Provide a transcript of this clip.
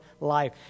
life